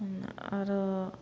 आरो